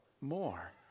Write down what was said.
more